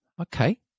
okay